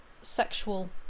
sexual